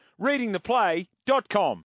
Readingtheplay.com